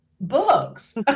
books